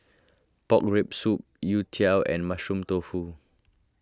Pork Rib Soup Youtiao and Mushroom Tofu